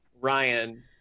Ryan